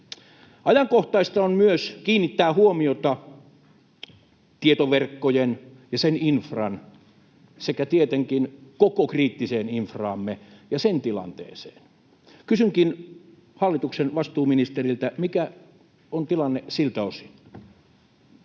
Ajankohtaista on myös kiinnittää huomiota tietoverkkoihin ja siihen infraan sekä tietenkin koko kriittiseen infraamme ja sen tilanteeseen. Kysynkin hallituksen vastuuministeriltä: mikä on tilanne siltä osin?